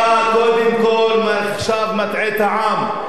אתה קודם כול עכשיו מטעה את העם.